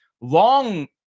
long